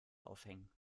aufhängen